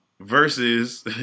versus